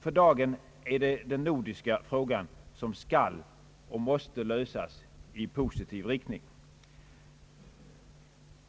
För dagen är det den nordiska frågan som skall och måste lösas i positiv riktning.